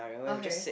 okay